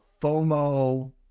FOMO